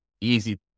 easy